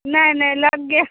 नहि नहि लगेमे